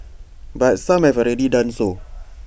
but some have already done so